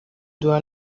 duhura